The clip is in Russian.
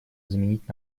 изменить